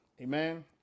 amen